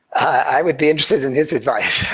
i would be interested in his advice.